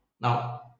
Now